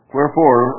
Wherefore